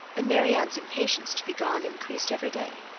and marianne's impatience to be gone increased every day.